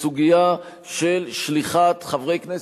בסוגיה של שליחת חברי הכנסת,